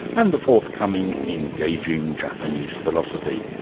and the forthcoming, engaging japanese philosophy.